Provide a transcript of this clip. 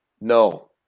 No